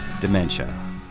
dementia